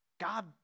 God